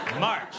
March